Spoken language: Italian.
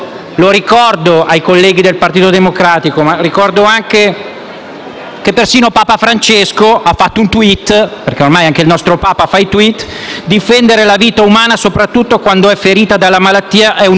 che persino Papa Francesco ha scritto un *tweet* (ormai anche il nostro Papa scrive i *tweet*): «difendere la vita umana, soprattutto quando è ferita dalla malattia, è un impegno di amore che Dio affida a ogni uomo.» Signori,